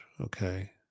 okay